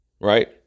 right